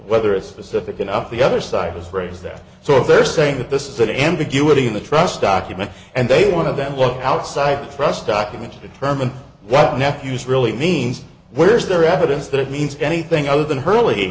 whether it's specific enough the other side has raised that so if they're saying that this is an ambiguity in the trust document and they want to them look outside trust documents to determine what nephew's really means where is there evidence that it means anything other than hurley